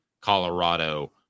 Colorado